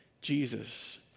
Jesus